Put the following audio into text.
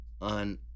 on